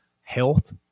health